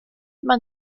man